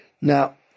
Now